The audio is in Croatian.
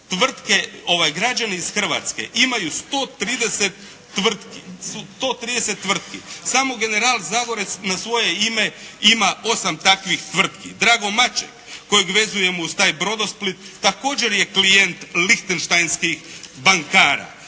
tvrtke, građani iz Hrvatske imaju 130 tvrtki. Samo general Zagorec na svoje ime ima osam takvih tvrtki. Drago Maček kojeg vezujemo uz taj Brodosplit također je klijent Lichtensteinskih bankara.